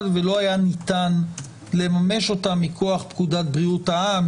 ולא היה ניתן לממש אותם מכוח פקודת בריאות העם,